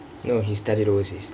no he studied overseas